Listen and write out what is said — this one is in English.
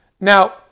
Now